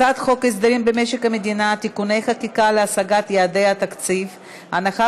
הצעת חוק הסדרים במשק המדינה (תיקוני חקיקה להשגת יעדי התקציב) (הנחה